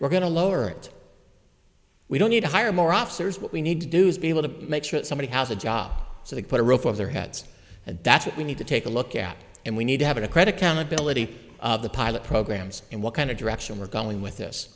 we're going to lower it we don't need to hire more officers what we need to do is be able to make sure somebody has a job so they put a roof of their heads and that's what we need to take a look at and we need to have a credit countability the pilot programs and what kind of direction we're going with this